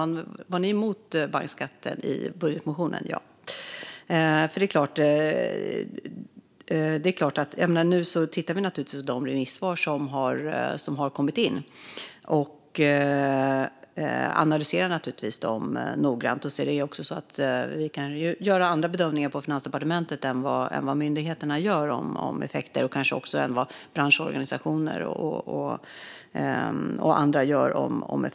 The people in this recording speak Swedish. Ni var alltså emot bankskatten i budgetmotionen, ja. Nu tittar vi naturligtvis på de remissvar som har kommit in och analyserar dem noggrant. Det kan också vara så att vi på Finansdepartementet gör andra bedömningar när det gäller effekterna av en skatt än vad myndigheterna och kanske även branschorganisationer och andra gör.